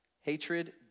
hatred